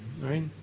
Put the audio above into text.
right